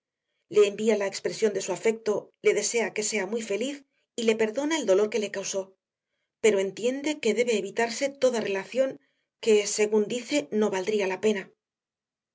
le envía la expresión de su afecto le desea que sea muy feliz y le perdona el dolor que le causó pero entiende que debe evitarse toda relación que según dice no valdría la pena